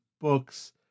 book's